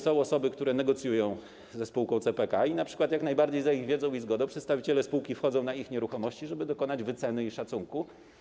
Są osoby, które negocjują ze spółką CPK, i np. jak najbardziej za ich wiedzą i zgodą przedstawiciele spółki wchodzą na ich nieruchomości, żeby dokonać wyceny i szacunku.